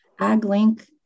AgLink